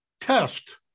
test